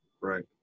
Right